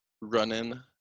running